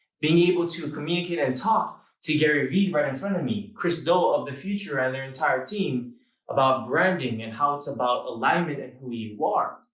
being able to communicate and talk to gary vee right in front of me. me. chris do of the futur and their entire team about branding, and how it's about alignment and who you are.